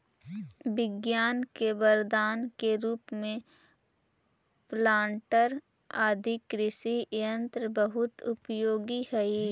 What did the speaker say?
विज्ञान के वरदान के रूप में प्लांटर आदि कृषि यन्त्र बहुत उपयोगी हई